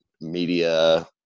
media